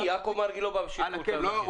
אני יעקב מרגי לא בא משיקול כלכלי.